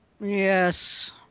Yes